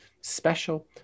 special